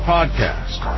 Podcast